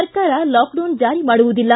ಸರ್ಕಾರ ಲಾಕ್ಡೌನ್ ಜಾರಿ ಮಾಡುವುದಿಲ್ಲ